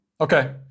Okay